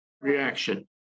reaction